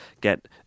get